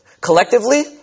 collectively